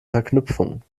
verknüpfungen